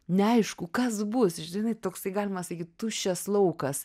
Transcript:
neaišku kas bus žinai toksai galima sakyt tuščias laukas